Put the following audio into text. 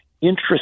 interest